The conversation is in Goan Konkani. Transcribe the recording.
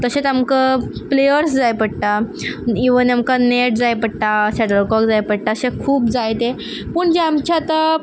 तशेंच आमकां प्लेयर्स जाय पडटा इव्हन आमकां नॅट जाय पडटा शटलकॉक जाय पडटा अशें खूब जाय तें पूण जे आमचे आतां